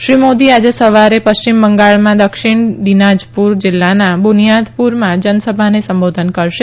શ્રી મોદી આજે સવારે પશ્ચિમ બંગાળમાં દક્ષિણ દિનાજપુર જિલ્લાના બુનિયાદપુરમાં જનસભાને સંબોધન કરશે